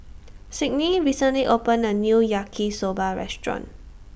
Sydney recently opened A New Yaki Soba Restaurant